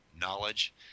knowledge